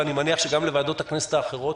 ואני מניח גם לוועדות הכנסת האחרות,